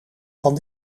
van